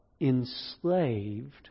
enslaved